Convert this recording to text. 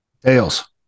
Tails